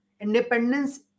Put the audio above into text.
independence